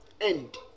End